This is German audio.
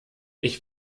ich